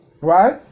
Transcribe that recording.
right